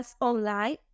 online